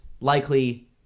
likely